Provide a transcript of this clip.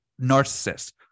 narcissist